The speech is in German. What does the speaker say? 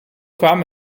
kam